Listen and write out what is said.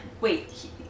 Wait